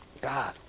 God